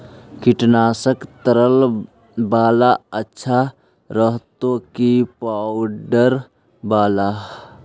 कीटनाशक तरल बाला अच्छा रहतै कि पाउडर बाला?